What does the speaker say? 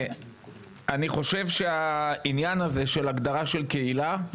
אני חושב שהעניין הזה של הגדרה של קהילה,